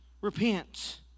Repent